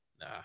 Nah